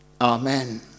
Amen